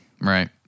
right